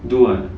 do what